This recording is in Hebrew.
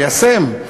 ליישם,